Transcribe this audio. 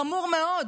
חמור מאוד.